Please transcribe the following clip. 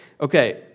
Okay